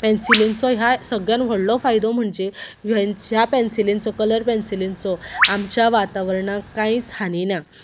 पेन्सिलेचो ह्या सगल्यान व्हडलो फायदो म्हणजे ह्या पेन्सिलेंचो कलर पेन्सिलेंचो आमच्या वातावरणाक कांयच हानी ना